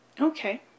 Okay